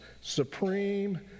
supreme